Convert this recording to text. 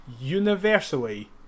universally